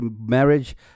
marriage